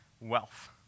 wealth